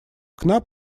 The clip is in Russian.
окна